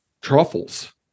truffles